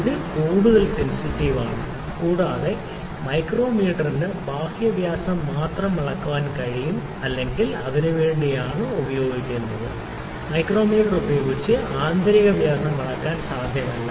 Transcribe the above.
ഇത് കൂടുതൽ സെൻസിറ്റീവ് ആണ് കൂടാതെ മൈക്രോമീറ്ററിന് ബാഹ്യ വ്യാസം മാത്രം അളക്കാൻ കഴിയും അല്ലെങ്കിൽ ഉപയോഗിക്കുന്നു മൈക്രോമീറ്റർ ഉപയോഗിച്ച് ആന്തരിക വ്യാസം ആന്തരിക നീളം അളക്കാൻ സാധ്യമല്ല